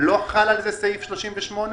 לא חל על זה סעיף 38?